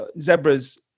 zebras